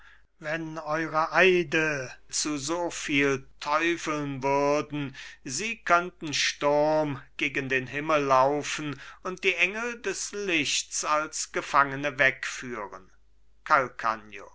wenn eure eide zu soviel teufeln würden sie könnten sturm gegen den himmel laufen und die engel des lichts als gefangene wegführen